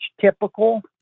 typical